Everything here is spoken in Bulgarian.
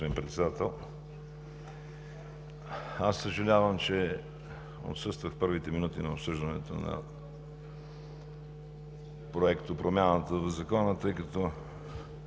Аз съжалявам, че отсъствах в първите минути на обсъждането на проектопромяната в Закона, тъй като